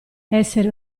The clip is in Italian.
essere